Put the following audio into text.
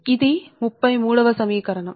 కాబట్టి మీరు ఈ రూపం లో ఉంచిన ఈ సమీకరణాలు